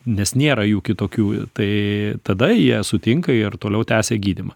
nes nėra jų kitokių tai tada jie sutinka ir toliau tęsia gydymą